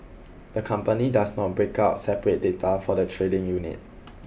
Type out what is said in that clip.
the company does not break out separate data for the trading unit